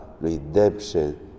redemption